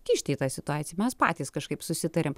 kišti į tą situaciją mes patys kažkaip susitariam